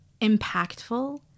impactful